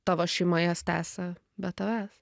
tavo šeima jas tęsia be tavęs